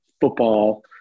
football